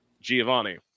Giovanni